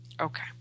Okay